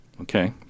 Okay